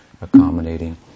accommodating